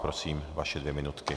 Prosím, vaše dvě minutky.